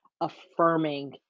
affirming